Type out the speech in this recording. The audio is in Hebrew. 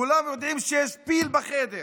כולם יודעים שיש פיל בחדר.